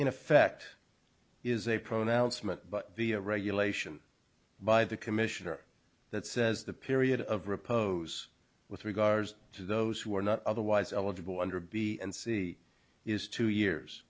in effect is a pro announcement but the regulation by the commissioner that says the period of repose with regard to those who are not otherwise eligible under b and c is two years